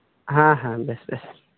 ᱦᱮᱸ ᱦᱮᱸ ᱵᱮᱥ ᱵᱮᱥ